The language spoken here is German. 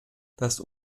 das